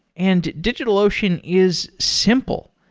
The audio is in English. and digitalocean is simple.